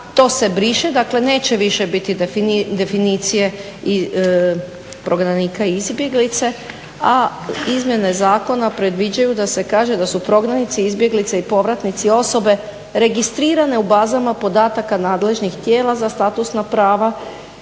to se briše, dakle neće više biti definicije prognanika i izbjeglice, a izmjene zakona predviđaju da se kaže da su prognanici izbjeglice i povratnici osobe registrirane u bazama podataka nadležnih tijela za statusna prava